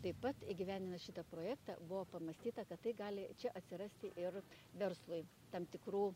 taip pat įgyvendinat šitą projektą buvo pamatyta kad tai gali čia atsirasti ir verslui tam tikrų